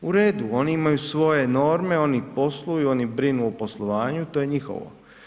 U redu, oni imaju svoje norme, oni posluju, oni brinu o poslovanju, to je njihovo.